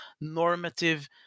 normative